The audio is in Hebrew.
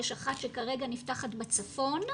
יש אחת שכרגע נפתחת בצפון,